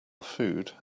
food